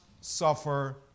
suffer